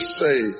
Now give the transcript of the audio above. say